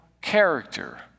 character